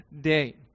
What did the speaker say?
day